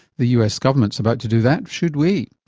the us government's about to do that. should we?